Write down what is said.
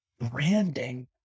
branding